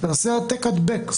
תעשה העתק-הדבק.